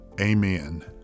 Amen